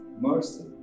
mercy